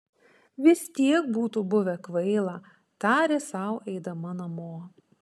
vis tiek būtų buvę kvaila tarė sau eidama namo